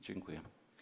Dziękuję.